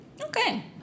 Okay